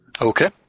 Okay